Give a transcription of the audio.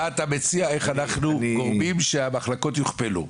איך אנחנו גורמים לכך שהמחלקות יוכפלו.